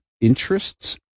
interests